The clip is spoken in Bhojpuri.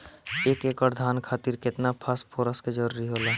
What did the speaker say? एक एकड़ धान खातीर केतना फास्फोरस के जरूरी होला?